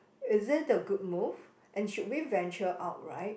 is it a good move and should we venture out right